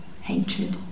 hatred